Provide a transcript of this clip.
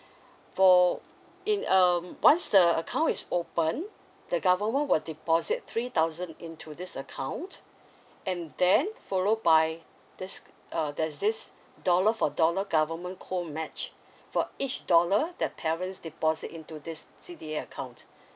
for in um once the account is open the government will deposit three thousand into this account and then followed by this uh there's this dollar for dollar government co match for each dollar that parents deposit into this C_D_A account